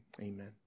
Amen